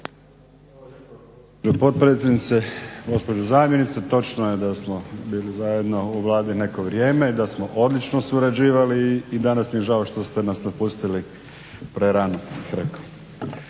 potpredsjednice. Gospođo zamjenice. Točno je da smo bili zajedno u vladi neko vrijeme i da smo odlično surađivali i danas mi je žao što ste nas napustili prerano